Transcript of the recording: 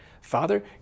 Father